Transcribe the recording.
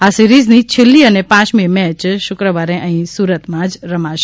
આ સિરીઝની છેલ્લી અને પાંચમી મેચ શુક્રવારે અહીં સુરતમાં જ રમાશે